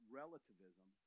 relativism